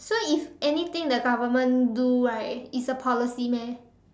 so if anything the government do right is a policy meh